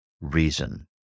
reason